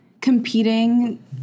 competing